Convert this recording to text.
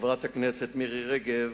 חברת הכנסת מירי רגב